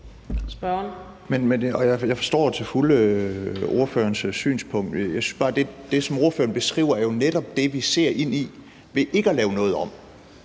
Jeg forstår til fulde ordførerens synspunkt. Jeg synes bare, at det, som ordføreren beskriver, jo netop er det, vi ser ind i ved ikke at lave noget om,